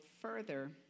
further